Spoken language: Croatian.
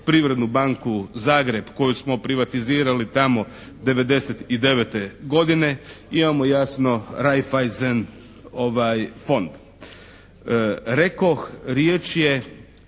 Privrednu banku Zagreb koju smo privatizirali tamo 1999. godine. Imamo jasno Raiffaissen fond. Rekoh riječ je